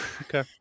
Okay